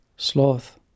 Sloth